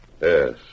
Yes